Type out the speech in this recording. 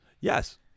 Yes